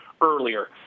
earlier